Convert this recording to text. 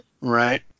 Right